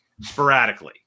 sporadically